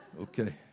Okay